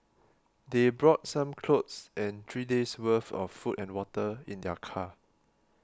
they brought some clothes and three days' worth of food and water in their car